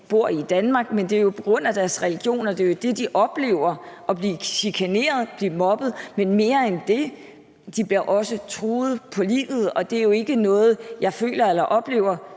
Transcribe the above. bor i Danmark, men det er på grund af deres religion. Det er jo det, at de oplever at blive chikaneret, blive mobbet, men mere end det, for de bliver også truet på livet. Og det er jo ikke noget, jeg føler eller oplever,